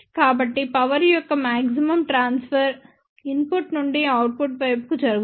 కాబట్టి పవర్ యొక్క maximum transfer input నుండి అవుట్పుట్ వైపుకు జరుగుతుంది